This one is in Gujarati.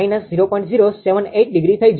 078° થઇ જશે